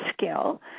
skill